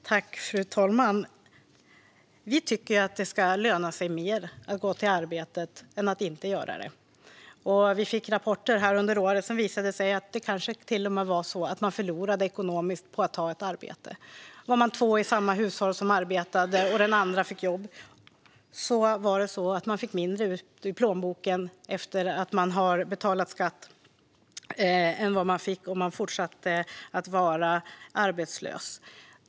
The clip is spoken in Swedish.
Fru talman! Vi tycker att det ska löna sig mer att gå till arbetet än att inte göra det. Vi fick rapporter under året som visade att man kanske till och med förlorade ekonomiskt på att ta ett arbete. Om en av två i samma hushåll fick jobb fick man mindre i plånboken efter att man betalat skatt än vad man fick om man fortsatte att vara arbetslös.